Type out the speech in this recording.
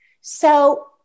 So-